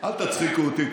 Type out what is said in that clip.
אל תצחיקו אותי.